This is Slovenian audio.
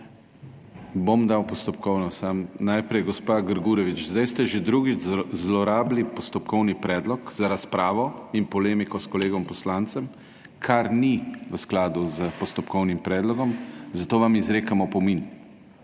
Bom dal postopkovno. Samo najprej gospa Grgurevič, zdaj ste že drugič zlorabili postopkovni predlog za razpravo in polemiko s kolegom poslancem, kar ni v skladu s postopkovnim predlogom, zato vam izrekam opomin.